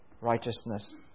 righteousness